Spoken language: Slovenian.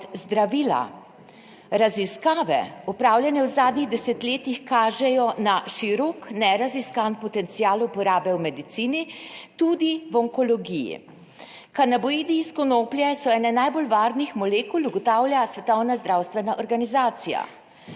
zdravila. Raziskave, opravljene v zadnjih desetletjih, kažejo na širok, neraziskan potencial uporabe v medicini, tudi v onkologiji. Kanaboidi iz konoplje so ena najbolj varnih molekul, ugotavlja Svetovna zdravstvena organizacija.